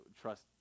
trust